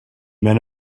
men